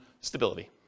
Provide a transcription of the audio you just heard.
stability